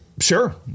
Sure